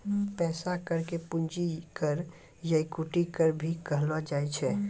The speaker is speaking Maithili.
पैसा कर के पूंजी कर या इक्विटी कर भी कहलो जाय छै